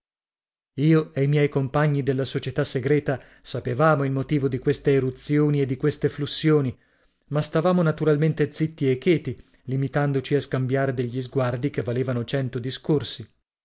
io e i miei compagni della società segreta sapevamo il motivo di queste eruzioni e di queste flussioni ma stavamo naturalmente zitti e cheti limitandoci a scambiare degli sguardi che valevano cento discorsi